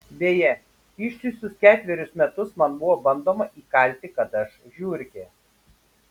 beje ištisus ketverius metus man buvo bandoma įkalti kad aš žiurkė